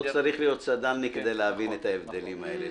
לפעמים לא צריך להיות צד"לניק כדי להבין את ההבדלים האלה.